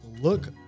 look